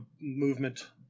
movement